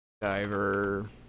diver